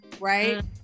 Right